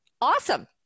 Awesome